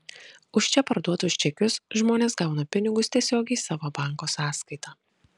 už čia parduotus čekius žmonės gauna pinigus tiesiogiai į savo banko sąskaitą